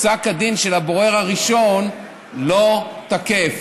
פסק הדין של הבורר הראשון לא תקף,